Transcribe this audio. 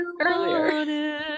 earlier